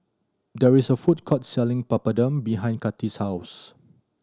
there is a food court selling Papadum behind Kathy's house